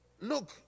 look